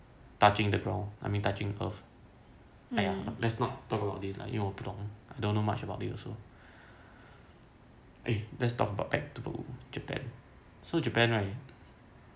touching the ground I mean touching the earth let's not talk about this lah 因为我不懂 I don't know much about it also eh let's talk about back to japan so japan right